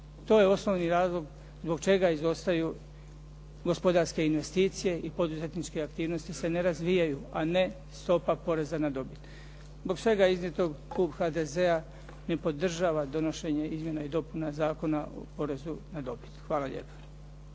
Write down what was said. To je osnovni razlog zbog čega izostaju gospodarske investicije i poduzetničke aktivnosti se ne razvijaju, a ne stopa poreza na dobit. Zbog svega iznijetog, klub HDZ-a ne podržava donošenje izmjena i dopuna Zakona o porezu na dobit. Hvala lijepo.